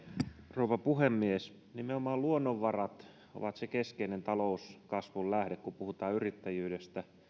rouva puhemies nimenomaan luonnonvarat ovat se keskeinen talouskasvun lähde kun puhutaan yrittäjyydestä